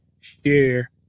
share